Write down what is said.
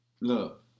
Look